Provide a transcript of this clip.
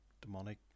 demonic